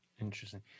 Interesting